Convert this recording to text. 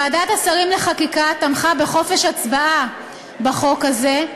ועדת השרים לחקיקה תמכה בחופש הצבעה בחוק הזה,